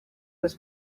was